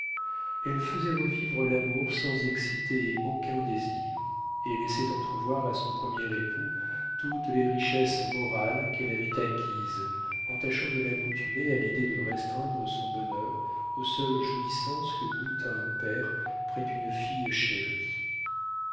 elle faisait revivre l'amour sans exciter aucun désir et laissait entrevoir à son premier époux toutes les richesses morales qu'elle avait acquises en tâchant de l'accoutumer à l'idée de restreindre son bonheur aux seules jouissances que goûte un père près d'une fille chérie